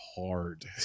hard